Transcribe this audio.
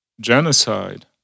genocide